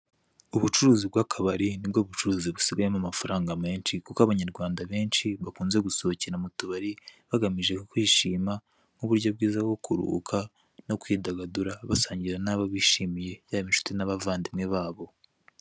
Ubucuruzi bw'akabari nibwo bucuruzi busigayemo amafaranga menshi kuko abanyarwanda benshi bakunze gusohokera mu tubari, bagamije kwishima nk'uburyo bwiza bwo kuruhuka no kwidagadura, basangira n'abo bishimiye yaba inshuti n'abavandimwe babo.